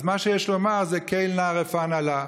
אז מה שיש לומר זה "אל נא רפא נא לה".